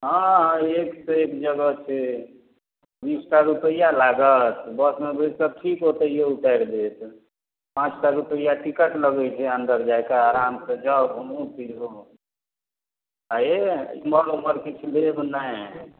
हँ हँ एक सँ एक जगह छै बीसटा रुपैआ लागत बसमे बैसब ठीक ओतहिए उतारि देत पाँचटा रुपैआ टिकट लगै छै अन्दर जाइकऽ आरामसँ जाउ घुमू फिरू आ हे इमहर उमहर किछु लेब नहि